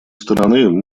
стороны